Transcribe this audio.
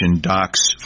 Docs